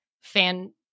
fan